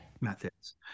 methods